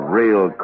real